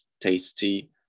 tasty